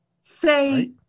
say